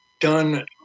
done